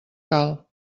cal